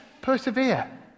persevere